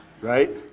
Right